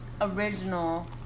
original